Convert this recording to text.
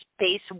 space